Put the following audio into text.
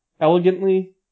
elegantly